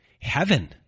heaven